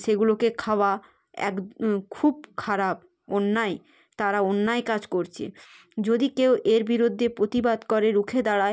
সেগুলোকে খাওয়া এক খুব খারাপ অন্যায় তারা অন্যায় কাজ করছে যদি কেউ এর বিরুদ্ধে প্রতিবাদ করে রুখে দাঁড়ায়